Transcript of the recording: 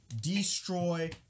destroy